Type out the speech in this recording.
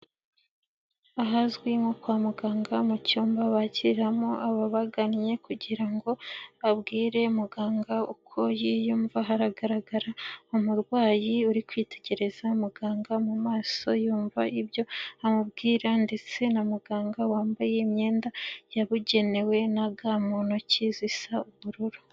Ahazwi nko kwa muganga, mu cyumba bakiriramo ababagannye kugira ngo babwire muganga uko yiyumva, haragaragara umurwayi uri kwitegereza muganga mu maso yumva ibyo amubwira ndetse na muganga wambaye imyenda yabugenewe na ga mu ntoki, zisa ubururu.